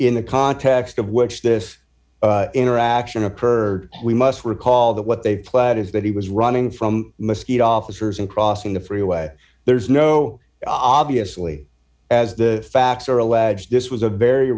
in the context of which this interaction occurred we must recall that what they played is that he was running from mosquito officers and crossing the freeway there's no obviously as the facts are alleged this was a very